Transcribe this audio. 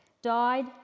died